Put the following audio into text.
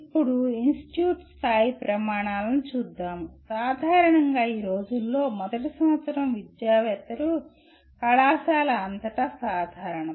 ఇప్పుడు ఇన్స్టిట్యూట్ స్థాయి ప్రమాణాలను చూద్దాము సాధారణంగా ఈ రోజుల్లో మొదటి సంవత్సరం విద్యావేత్తలు కళాశాల అంతటా సాధారణం